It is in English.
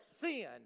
sin